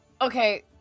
Okay